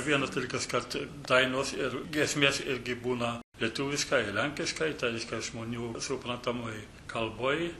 vienas dalykas kartu dainos ir giesmės irgi būna lietuviškai ir lenkiškai tai reiškia žmonių suprantamoj kalboj